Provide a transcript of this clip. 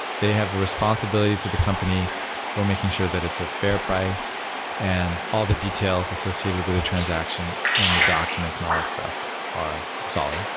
they have a responsibility to the company for making sure that it's a fair price and all the details associated with a transaction and the documents and all that stuff are solid.